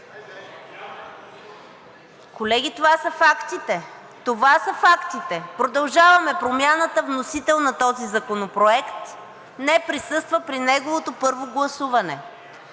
Колеги, това са фактите. Това са фактите – „Продължаваме Промяната“, вносител на този законопроект, не присъства при неговото първо гласуване.